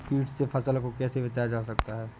कीट से फसल को कैसे बचाया जाता हैं?